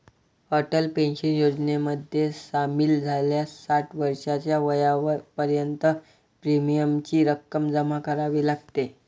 Atal pension योजनेमध्ये सामील झाल्यास साठ वर्षाच्या वयापर्यंत प्रीमियमची रक्कम जमा करावी लागते